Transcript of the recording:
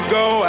go